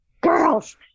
girls